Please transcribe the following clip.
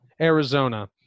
Arizona